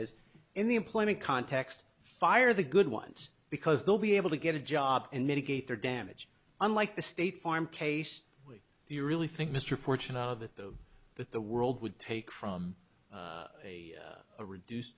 is in the employment context fire the good ones because they'll be able to get a job and mitigate their damage unlike the state farm case we do you really think mr fortune out of it though that the world would take from a reduced